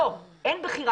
לא! אין בחירה.